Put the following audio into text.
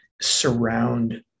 surround